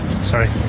Sorry